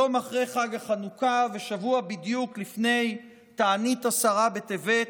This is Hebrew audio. יום אחרי יום החנוכה ושבוע בדיוק לפני תענית עשרה בטבת,